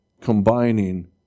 combining